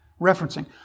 referencing